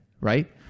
right